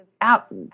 out